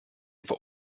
for